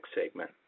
segment